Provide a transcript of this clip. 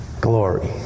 glory